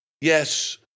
Yes